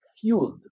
fueled